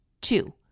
Two